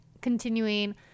continuing